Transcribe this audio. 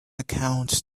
account